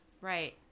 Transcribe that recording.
Right